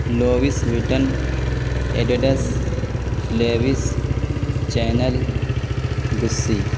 Louis Vuitton Adidas Levi's Chanel گسی